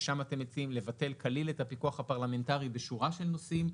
ששם אתם מציעים לבטל כליל את הפיקוח הפרלמנטרי בשורה של נושאים.